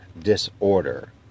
disorder